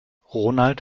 ronald